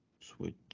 Switch